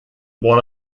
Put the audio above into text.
one